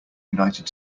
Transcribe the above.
united